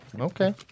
Okay